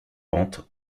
pentes